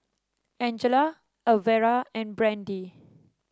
Angela Alvera and Brandee